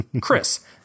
Chris